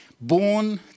Born